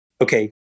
okay